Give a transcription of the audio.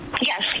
Yes